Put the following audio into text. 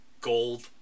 gold